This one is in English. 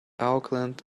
auckland